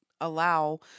Allow